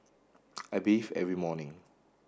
I bathe every morning